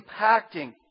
impacting